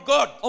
God